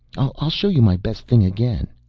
i'll show you my best thing again.